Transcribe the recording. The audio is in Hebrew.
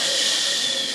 ששש,